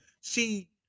See